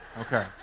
okay